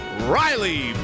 Riley